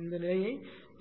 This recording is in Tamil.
இந்த நிலையை